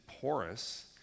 porous